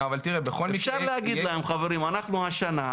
אפשר להגיד להם, חברים, השנה,